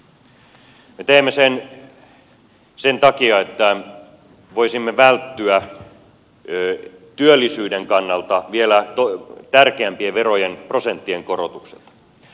me teemme sen sen takia että voisimme välttyä työllisyyden kannalta vielä tärkeämpien verojen prosenttien korotuksilta